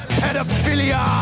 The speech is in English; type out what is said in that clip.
pedophilia